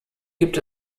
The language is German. gibt